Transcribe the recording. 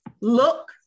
look